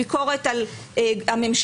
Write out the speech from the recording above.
ביקורת על הממשלה,